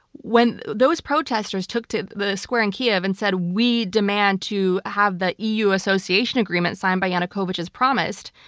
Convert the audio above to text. when those protestors took to the square in kyiv and said, we demand to have the e. u. association agreement signed by yanukovych, as promised.